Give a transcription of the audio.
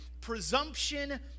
presumption